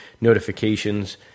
notifications